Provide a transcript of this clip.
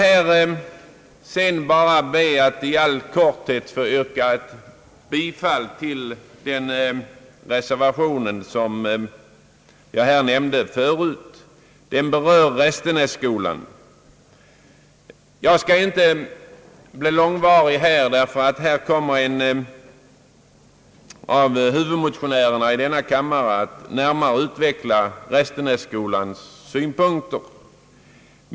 Jag skall sedan bara be att i all korthet få yrka bifall till den reservation som jag här nämnde och som berör Restenässkolan. Jag skall inte bli långrandig. En av huvudmotionärerna i denna kammare kommer nämligen att närmare utveckla Restenässkolans synpunkter.